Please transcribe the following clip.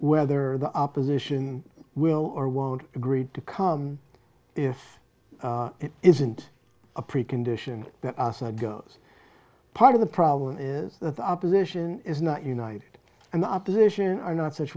whether the opposition will or won't agreed to come if it isn't a precondition goes part of the problem is that the opposition is not united and the opposition are not such